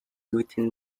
within